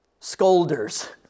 scolders